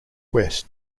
west